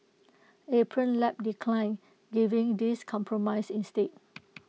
Apron Lab declined giving this compromise instead